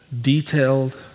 detailed